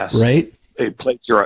Right